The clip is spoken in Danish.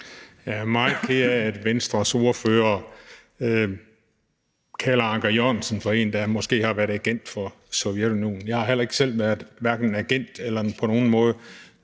Jeg er meget ked af, at Venstres ordfører kalder Anker Jørgensen en, der måske har været agent for Sovjetunionen. Jeg har heller ikke selv været agent eller på nogen måde